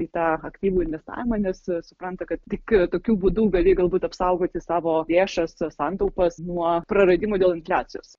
į tą aktyvųjį investavimą nes supranta kad tik tokiu būdu gali galbūt apsaugoti savo lėšas santaupas nuo praradimų dėl infliacijos